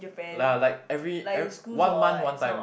ya like every one month one time